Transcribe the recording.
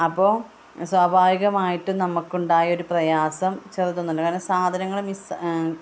അപ്പോൾ സ്വാഭാവികമായിട്ടും നമുക്കുണ്ടായൊരു പ്രയാസം ചെറുതൊന്നും അല്ല കാരണം സാധനങ്ങൾ മിസ്സ്